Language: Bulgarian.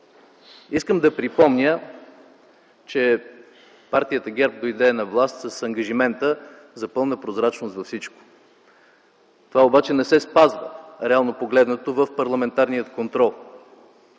Искам да припомня, че партията ГЕРБ дойде на власт с ангажимента за пълна прозрачност във всичко. Това обаче, реално погледнато, не се спазва в парламентарния контрол.